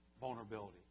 vulnerability